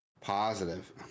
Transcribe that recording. positive